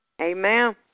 Amen